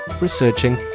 researching